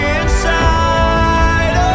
inside